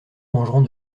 mangeront